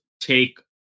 take